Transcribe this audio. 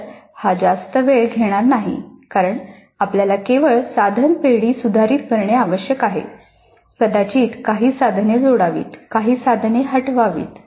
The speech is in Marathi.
वेळ घेणार नाही कारण आपल्याला केवळ साधन पेढी सुधारित करणे आवश्यक असेल कदाचित काही साधने जोडावीत काही साधने हटवावीत